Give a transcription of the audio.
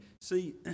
See